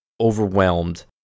overwhelmed